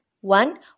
One